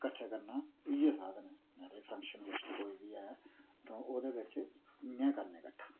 कट्ठा करना इयै साधन ऐ माराज फंक्शन बिच्च कोई बी ऐ तों ओह्दे बिच्च इयां गै करने कट्ठा